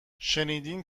شنیدین